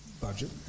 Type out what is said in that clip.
budget